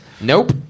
Nope